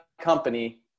company